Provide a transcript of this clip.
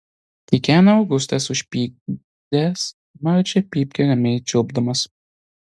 kikena augustas užpykdęs marčią pypkę ramiai čiulpdamas